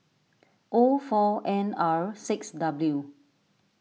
O four N R six W